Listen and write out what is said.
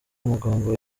amagambo